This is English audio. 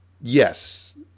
yes